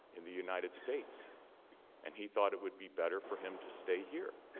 in the united states and he thought it would be better for him to stay here.